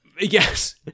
Yes